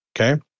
Okay